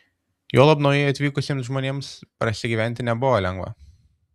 juolab naujai atvykusiems žmonėms prasigyventi nebuvo lengva